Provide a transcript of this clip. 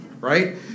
right